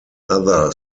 other